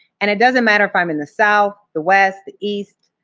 and it doesn't matter if i'm in the south, the west, the east,